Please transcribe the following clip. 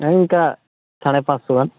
ᱚᱱᱠᱟ ᱥᱟᱲᱮ ᱯᱟᱸᱪᱥᱳ ᱜᱟᱱ